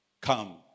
come